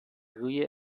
روی